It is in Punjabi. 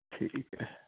ਠੀਕ ਐ